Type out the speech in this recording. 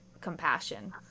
compassion